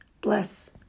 Bless